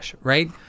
right